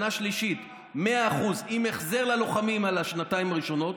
שנה שלישית 100% עם החזר ללוחמים על השנתיים הראשונות,